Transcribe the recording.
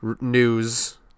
news